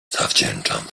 zawdzięczam